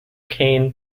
cane